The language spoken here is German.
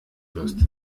wirst